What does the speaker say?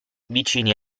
vicini